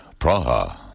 Praha